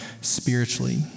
spiritually